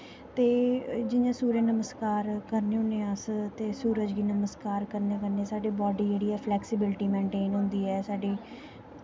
ते जि'यां सुर्य नमस्कार करने होन्ने आं अस ते सूरज गी नमस्कार करने कन्नै साढ़ी बॉड्डी जेह्ड़ी ऐ फलैक्सिब्लटी मेन्टेन होंदी ऐ साढ़ी